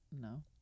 No